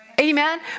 Amen